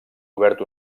obert